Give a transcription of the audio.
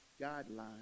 guidelines